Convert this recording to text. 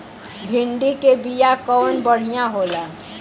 भिंडी के बिया कवन बढ़ियां होला?